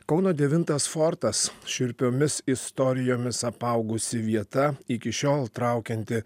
kauno devintas fortas šiurpiomis istorijomis apaugusi vieta iki šiol traukianti